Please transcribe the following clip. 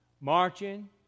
Marching